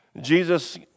Jesus